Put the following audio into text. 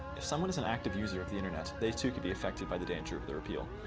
if someone is an active user of the internet, they too could be affected by the dangers of the repeal.